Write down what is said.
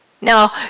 Now